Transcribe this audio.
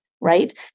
right